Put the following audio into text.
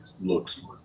looks